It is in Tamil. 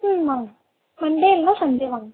ம் வாங்க மண்டே இல்லைன்னா சண்டே வாங்க